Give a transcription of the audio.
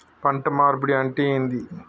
పంట మార్పిడి అంటే ఏంది?